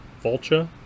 Vulture